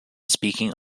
speaking